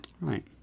Right